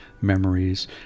memories